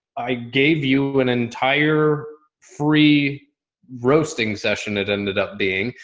i gave you an entire free roasting session. it ended up being,